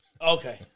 Okay